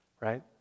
right